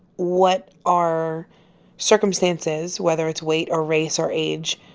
what our circumstance is, whether it's weight or race or age,